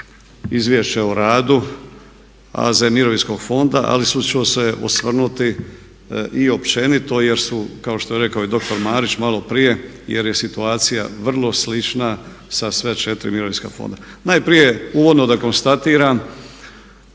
Izvješće o radu AZ mirovinskog fonda ali isključivo se osvrnuti i općenito jer su kao što je rekao i doktor Marić maloprije jer je situacija vrlo slična sa sva četiri mirovinska fonda. Najprije uvodno da konstatiram